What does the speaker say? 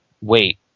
Wait